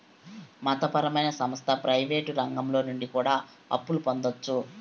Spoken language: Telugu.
మత పరమైన సంస్థ ప్రయివేటు రంగాల నుండి కూడా అప్పులు పొందొచ్చు